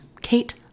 Kate